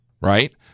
right